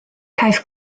caiff